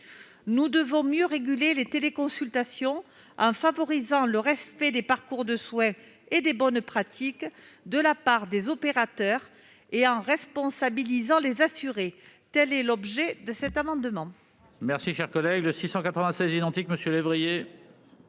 Nous devons mieux réguler les téléconsultations en favorisant le respect des parcours de soins et des bonnes pratiques de la part des opérateurs et en responsabilisant les assurés. Tel est l'objet de cet amendement.